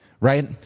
right